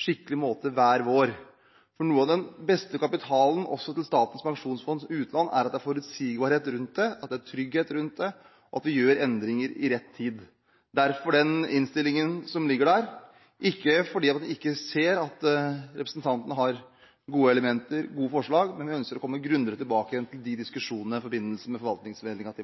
skikkelig måte hver vår. Noe av det beste ved kapitalen til Statens pensjonsfond utland er at det er forutsigbarhet rundt det, at det er trygghet rundt det, og at vi gjør endringer i rett tid. Derfor den innstillingen som ligger der – ikke fordi vi ikke ser at representantene har gode elementer og gode forslag, men vi ønsker å komme grundigere tilbake til de diskusjonene i forbindelse med forvaltningsmeldingen